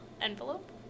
envelope